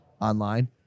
online